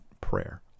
prayer